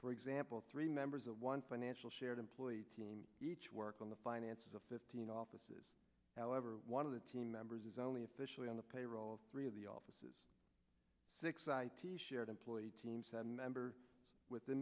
for example three members of one financial shared employee team each work on the finances of fifteen offices however one of the team members is only officially on the payroll of three of the offices six citee shared employee team seven member with